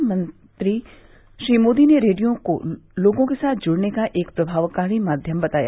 प्रधानमंत्री मोदी ने रेडियो को लोगों के साथ जुड़ने का एक प्रभावकारी माध्यम बताया